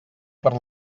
per